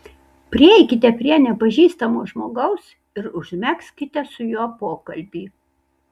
prieikite prie nepažįstamo žmogaus ir užmegzkite su juo pokalbį